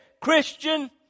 Christian